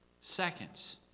Seconds